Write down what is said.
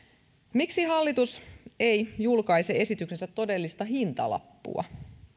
miksi hallitus ei julkaise esityksensä todellista hintalappua